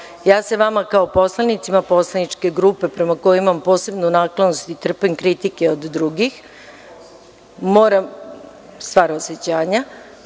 Ja se vama kao poslanicima poslaničke grupe, prema kojoj ima posebnu naklonost i trpim kritike od drugih, stvar osećanja,